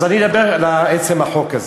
אני אדבר לעצם החוק הזה.